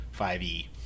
5e